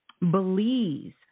Belize